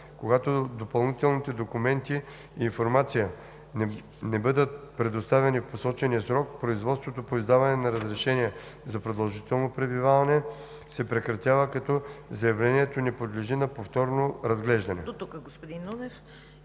Когато допълнителните документи и информация не бъдат предоставени в посочения срок, производството по издаване на разрешение за продължително пребиваване се прекратява, като заявлението не подлежи на повторно разглеждане.“